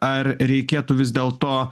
ar reikėtų vis dėlto